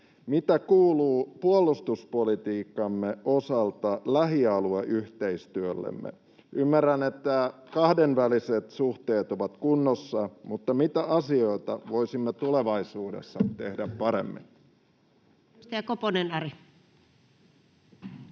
mitä kuuluu puolustuspolitiikkamme osalta lähialueyhteistyöllemme? Ymmärrän, että kahdenväliset suhteet ovat kunnossa, mutta mitä asioita voisimme tulevaisuudessa tehdä paremmin? Edustaja Koponen, Ari.